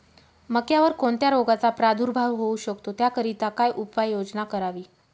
मक्यावर कोणत्या रोगाचा प्रादुर्भाव होऊ शकतो? त्याकरिता काय उपाययोजना करावी?